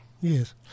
Yes